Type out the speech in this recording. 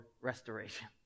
Restoration